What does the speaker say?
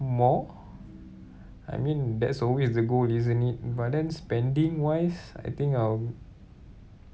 more I mean that's always the goal isn't it but then spending wise I think I'll